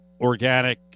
organic